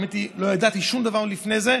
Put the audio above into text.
האמת היא שלא ידעתי שום דבר לפני זה.